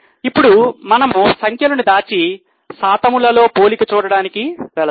ఇప్పుడు మనము సంఖ్యలు దాచి శాతములులో పోలిక చూడడానికి వెళదాము